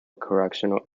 correctional